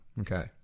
Okay